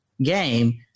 game